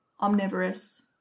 omnivorous